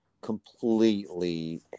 completely